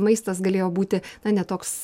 maistas galėjo būti na ne toks